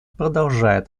продолжает